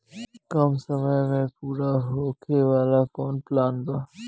कम समय में पूरा होखे वाला कवन प्लान बा?